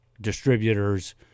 distributors